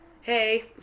Hey